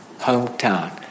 hometown